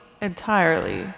entirely